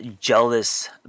jealous